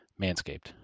Manscaped